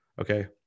okay